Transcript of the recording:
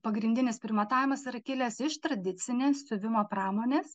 pagrindinis primatavimas yra kilęs iš tradicinės siuvimo pramonės